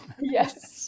Yes